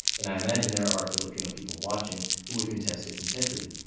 and i imagine there are filipino people watching who would contest its integrity.